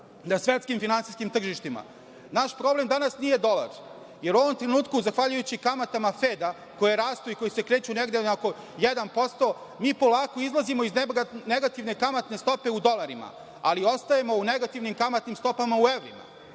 na svetskim finansijskim tržištima. Naš problem danas nije dolar, jer u ovom trenutku, zahvaljujući kamatama FED-a, koje rastu i koje se kreću negde na oko 1%, mi polako izlazimo iz negativne kamatne stope u dolarima, ali ostajemo u negativnim kamatnim stopama u evrima.